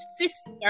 sister